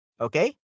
okay